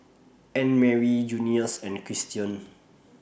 Annemarie Junius and Christion